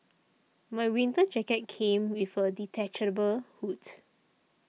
my winter jacket came with a detachable hood